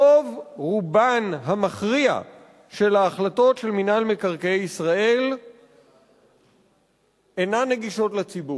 רוב רובן המכריע של ההחלטות של מינהל מקרקעי ישראל אינן נגישות לציבור.